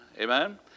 amen